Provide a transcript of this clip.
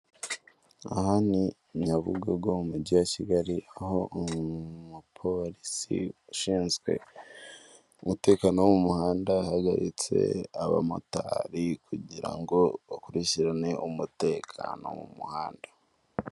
Aha ni Nyabugogo mu mujyi wa Kigali aho umupolisi ushinzwe umutekano wo mu muhanda, ahagaritse abamotari kugira ngo bakurikirane umutekano mu muhanda.